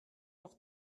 leur